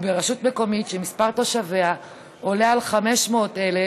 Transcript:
וברשות מקומית שמספר תושביה עולה על 500,000,